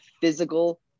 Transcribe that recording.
physical